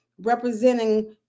representing